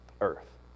Earth